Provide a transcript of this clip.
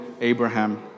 Abraham